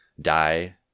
die